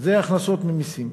זה הכנסות ממסים.